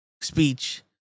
speech